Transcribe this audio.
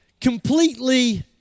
completely